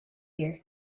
here